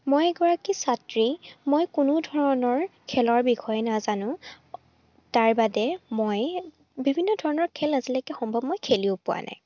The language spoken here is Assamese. মই এগৰাকী ছাত্ৰী মই কোনো ধৰণৰ খেলৰ বিষয়ে নাজানোঁ তাৰ বাদে মই বিভিন্ন ধৰণৰ খেল আজিলৈকে সম্ভৱ মই খেলিও পোৱা নাই